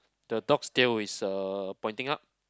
the dog's tail is uh pointing up